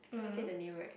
cannot say the name right